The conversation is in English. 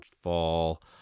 Fall